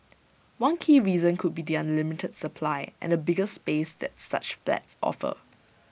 one key reason could be their limited supply and the bigger space that such flats offer